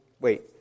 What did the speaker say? wait